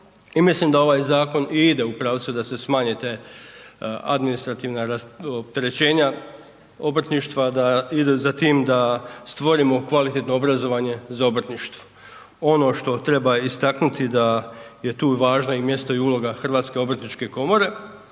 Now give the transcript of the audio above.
mislim da ovaj zakon i ide u pravcu da se smanji ta administrativna opterećenja obrtništva, da ide za tim da stvorimo kvalitetno obrazovanje za obrtništvo. Ono što treba istaknuti da je tu važna i mjesto i uloga Hrvatske obrtničke komore